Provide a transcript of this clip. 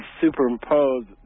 superimposed